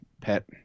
pet